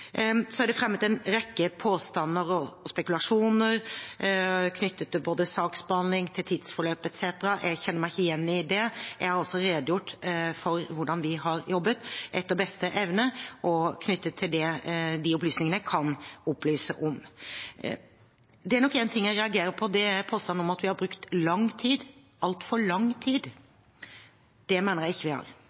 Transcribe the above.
Så er det fremmet en rekke påstander og spekulasjoner knyttet til både saksbehandling, tidsforløp etc. Jeg kjenner meg ikke igjen i det. Jeg har redegjort for hvordan vi har jobbet, etter beste evne og knyttet til de opplysningene jeg kan gi. Det er en ting jeg reagerer på, og det er påstanden om at vi har brukt lang tid, altfor lang tid. Det mener jeg ikke vi har.